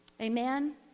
Amen